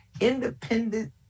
independent